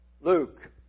Luke